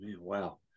Wow